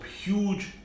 huge